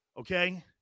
okay